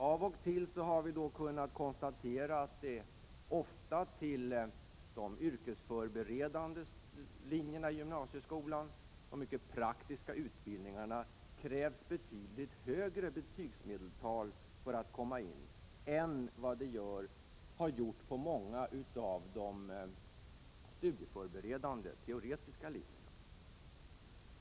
Av och till har vi kunnat konstatera att det ofta till de yrkesförberedande linjerna i gymnasieskolan, de mycket praktiska utbildningarna, krävs betydligt högre betygsmedeltal för att komma in än vad som varit fallet på många av de studieförberedande, teoretiska linjerna.